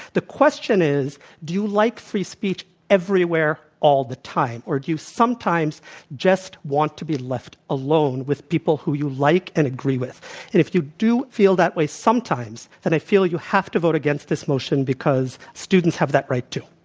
the question is do you like free speech everywhere all the time or do you sometimes just want to be left alone with people who you like and agree with and if you do feel that way sometimes then i feel you have to vote against this motion because students have that right, too.